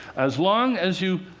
as long as you